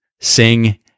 sing